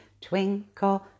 Twinkle